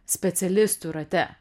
specialistų rate